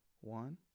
one